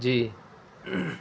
جی